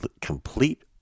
complete